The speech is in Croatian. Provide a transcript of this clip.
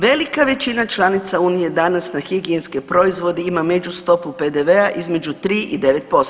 Velika većina članica unije danas na higijenske proizvode ima međustopu PDV-a između 3 i 9%